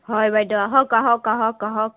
হয় বাইদেউ আহক আহক আহক আহক